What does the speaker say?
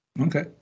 Okay